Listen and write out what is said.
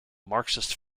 marxist